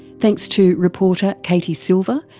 thanks to reporter katie silver,